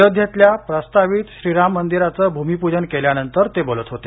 अयोध्येतल्या प्रस्तावित श्रीराम मंदिराचं भूमिपूजन केल्यानंतर ते बोलत होते